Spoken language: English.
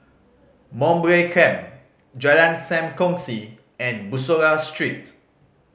Mowbray Camp Jalan Sam Kongsi and Bussorah Street